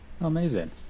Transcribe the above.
Amazing